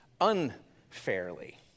unfairly